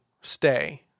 stay